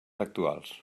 actuals